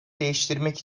değiştirmek